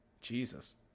Jesus